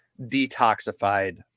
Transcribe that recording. detoxified